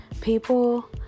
People